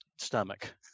stomach